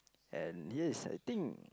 and yes I think